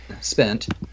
spent